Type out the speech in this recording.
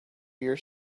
your